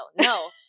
no